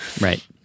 Right